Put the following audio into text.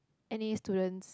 N_A students